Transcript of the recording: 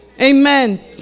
Amen